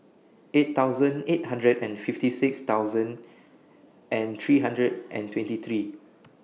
eight thousand eight hundred and fifty six thousand and three hundred and twenty three